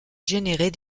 générer